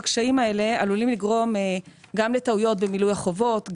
הקשיים האלה עלולים לגרום לטעויות במילוי החובות,